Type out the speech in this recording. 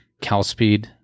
CalSpeed